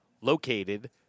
located